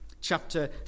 chapter